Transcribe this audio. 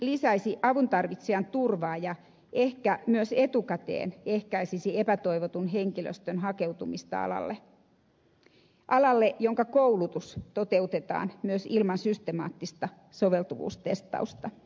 laki lisäisi avun tarvitsijan turvaa ja ehkä myös etukäteen ehkäisisi epätoivotun henkilöstön hakeutumista alalle alalle jonka koulutus toteutetaan myös ilman systemaattista soveltuvuustestausta